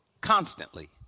Constantly